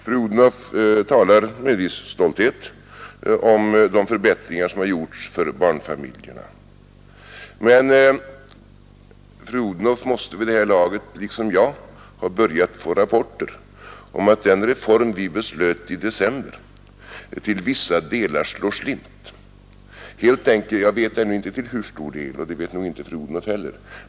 Fru Odhnoff talar med viss stolthet om de förbättringar som gjorts för barnfamiljerna; men fru Odhnoff måste vid det här laget liksom jag ha börjat få rapporter om att den reform vi beslutade om i december till vissa delar slår slint — jag vet ännu inte i hur stor utsträckning, och det vet nog inte fru Odhnoff heller.